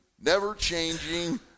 never-changing